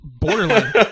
borderline